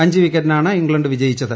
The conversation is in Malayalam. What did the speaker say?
അഞ്ച് വിക്കറ്റിനാണ് ഇംഗ്ലണ്ട് വിജയിച്ചത്